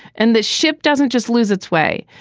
and the ship doesn't just lose its way.